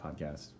Podcast